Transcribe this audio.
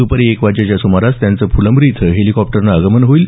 द्पारी एक वाजेच्या सुमारास त्यांचं फुलंब्री इथं हेलिकॉप्टरने आगमन होईल